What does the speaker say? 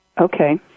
Okay